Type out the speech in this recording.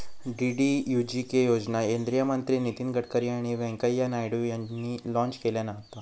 DDUGK योजना केंद्रीय मंत्री नितीन गडकरी आणि व्यंकय्या नायडू यांनी लॉन्च केल्यान होता